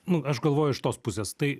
nu aš galvoju iš tos pusės tai